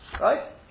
right